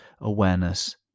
awareness